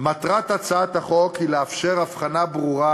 מטרת הצעת החוק היא לאפשר הבחנה ברורה